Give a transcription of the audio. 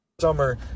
summer